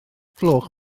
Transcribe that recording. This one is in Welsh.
gloch